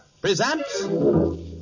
presents